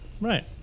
Right